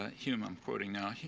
ah whom i'm quoting now,